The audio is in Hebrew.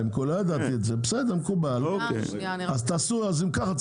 אם כך,